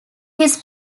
his